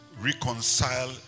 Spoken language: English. reconcile